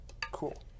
Cool